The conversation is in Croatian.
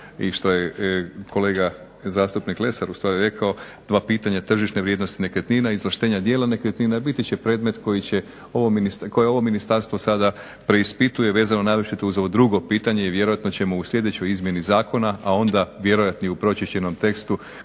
i što je kolega zastupnik Lesar ustvari rekao, dva pitanja tržišne vrijednosti nekretnina i izvlaštenja dijela nekretnina biti će predmet koje ovo ministarstvo sada preispituje vezano naročito uz ovo drugo pitanje i vjerojatno ćemo u sljedećoj izmjeni zakona, a onda vjerojatno i u pročišćenom tekstu